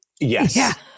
Yes